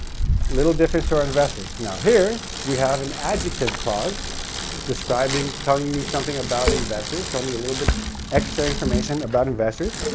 little difference to our investors. now, here, we have an adjective clause describing, telling me something about investors, telling me a little bit extra information about investors.